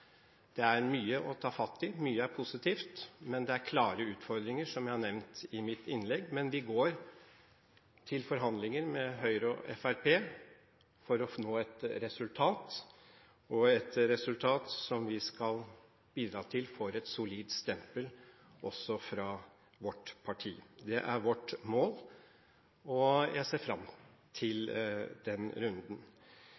Det er mye å ta fatt i. Mye er positivt, men det er klare utfordringer, som jeg har nevnt i mitt innlegg. Men vi går til forhandlinger med Høyre og Fremskrittspartiet for å nå et resultat, og et resultat som vi skal bidra til får et solid stempel også fra vårt parti. Det er vårt mål, og jeg ser fram til